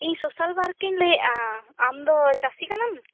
ᱤᱧ ᱥᱚᱥᱟᱞᱣᱟᱨᱠ ᱤᱧ ᱞᱟ ᱭᱮᱫᱟ ᱟᱢᱫᱚ ᱪᱟᱹᱥᱤ ᱠᱟᱱᱟᱢ